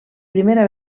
primera